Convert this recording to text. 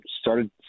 started